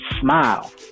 smile